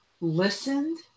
listened